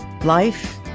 life